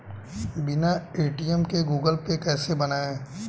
बिना ए.टी.एम के Google Pay कैसे बनायें?